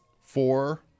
Four